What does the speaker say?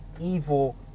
evil